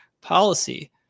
policy